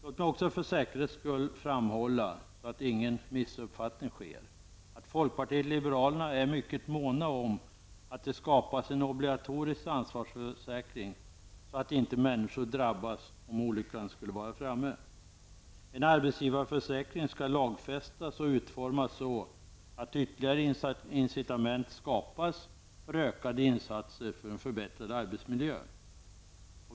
Låt mig också för säkerhets skull -- för att ingen missuppfattning skall ske -- att folkpartiet liberalerna är mycket måna om att det skapas en obligatorisk ansvarsförsäkring, så att inte människor drabbas om olyckan skulle vara framme. En arbetsgivarförsäkring skall lagfästas och utformas så, att ytterligare incitament skapas för ökade insatser för en förbättrad arbetsmiljö.